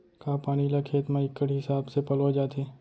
का पानी ला खेत म इक्कड़ हिसाब से पलोय जाथे?